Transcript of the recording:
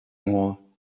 mall